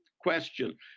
question